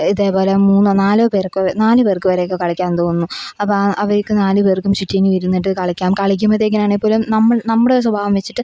ഇതേപോലെ മൂന്നോ നാലോ പേര്ക്കോ നാല് പേര്ക്കു വരെയൊക്കെ കളിക്കാമെന്നു തോന്നുന്നു അപ്പം അവർക്ക് നാല് പേര്ക്കും ചുറ്റിനും ഇരുന്നിട്ടു കളിക്കാം കളിക്കുമ്പോഴത്തേനാണെങ്കിൽ പോലും നമ്മൾ നമ്മുടെയൊരു സ്വഭാവം വെച്ചിട്ട്